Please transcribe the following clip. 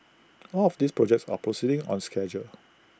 all of these projects are proceeding on schedule